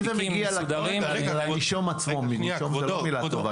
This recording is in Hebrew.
זה מגיע --- מהנישום עצמו --- מילה טובה,